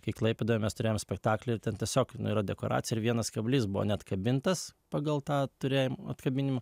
kai klaipėdoje mes turėjom spektaklį ir ten tiesiog nu yra dekoracija ir vienas kablys buvo neatkabintas pagal tą turėjom atkabinimą